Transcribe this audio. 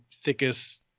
thickest